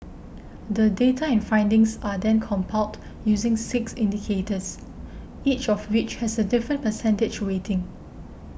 the data and findings are then compiled using six indicators each of which has a different percentage weighting